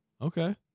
Okay